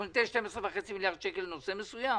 אנחנו ניתן 12.5 מיליארד שקל לנושא מסוים,